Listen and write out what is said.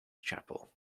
chapel